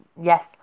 yes